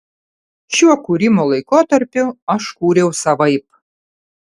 šiuo kūrimo laikotarpiu aš kūriau savaip